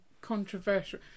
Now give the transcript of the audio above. controversial